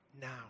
now